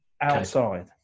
outside